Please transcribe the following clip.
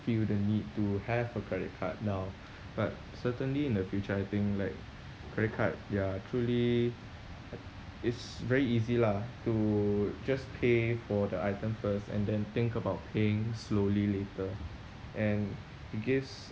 feel the need to have a credit card now but certainly in the future I think like credit card ya truly it's very easy lah to just pay for the item first and then think about paying slowly later and it gives